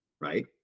right